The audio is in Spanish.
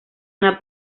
una